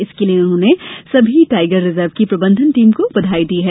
इसके लिए उन्होंने सभी टाइगर रिज़र्व की प्रबंधन टीम को बधाई दी है